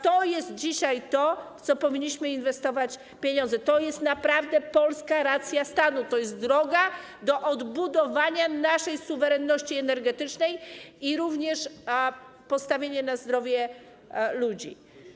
To jest dzisiaj to, w co powinniśmy inwestować pieniądze, to jest naprawdę polska racja stanu, to jest droga do odbudowania naszej suwerenności energetycznej, jak również postawienie na zdrowie ludzi.